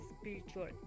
spiritual